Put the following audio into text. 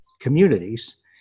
communities